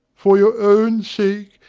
for your own sake,